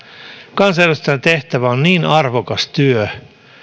kansanedustajan tehtävä on arvokas työ